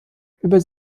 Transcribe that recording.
über